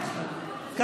אנחנו נהנים,